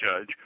judge